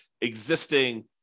existing